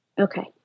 Okay